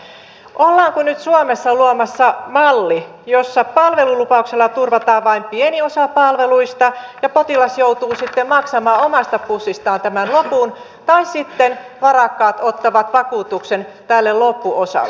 ollaanko nyt suomessa luomassa malli jossa palvelulupauksella turvataan vain pieni osa palveluista ja potilas joutuu sitten maksamaan omasta pussistaan tämän lopun tai sitten varakkaat ottavat vakuutuksen tälle loppuosalle